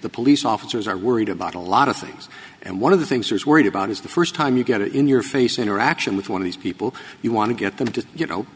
the police officers are worried about a lot of things and one of the things is worried about is the first time you get it in your face interaction with one of these people you want to get them to you know